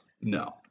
No